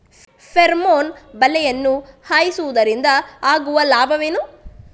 Pheromone ಬಲೆಯನ್ನು ಹಾಯಿಸುವುದರಿಂದ ಆಗುವ ಲಾಭವೇನು?